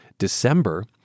December